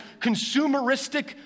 consumeristic